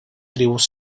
tribus